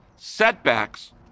Setbacks